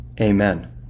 Amen